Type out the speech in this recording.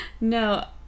No